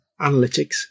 analytics